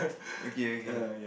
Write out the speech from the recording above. okay okay